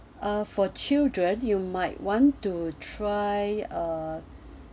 uh for children you might want to try uh